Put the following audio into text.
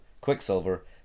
Quicksilver